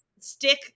Stick